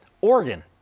Oregon